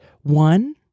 One